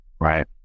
Right